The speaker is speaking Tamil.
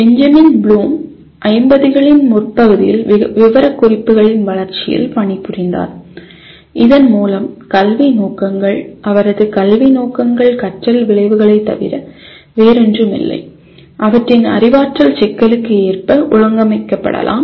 பெஞ்சமின் ப்ளூம் 50 களின் முற்பகுதியில் விவரக்குறிப்புகளின் வளர்ச்சியில் பணிபுரிந்தார் இதன் மூலம் கல்வி நோக்கங்கள் அவரது கல்வி நோக்கங்கள் கற்றல் விளைவுகளைத் தவிர வேறொன்றுமில்லை அவற்றின் அறிவாற்றல் சிக்கலுக்கு ஏற்ப ஒழுங்கமைக்கப்படலாம்